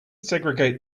segregate